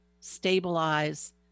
stabilize